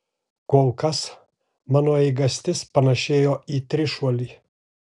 kol kas mano eigastis panėšėjo į trišuolį